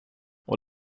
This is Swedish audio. och